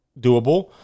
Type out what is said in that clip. doable